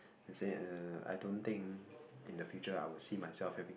I say uh I don't think in the future I will see myself having